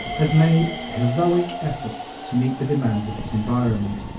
has made heroic efforts to meet the demands of his environment.